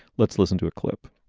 let's listen to a clip.